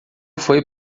foi